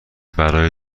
برای